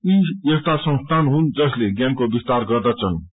यी यस्ता संस्थान हुन जसले ज्ञानको विस्तार गर्दछनृ